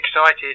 excited